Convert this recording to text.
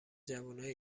جوونای